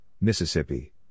Mississippi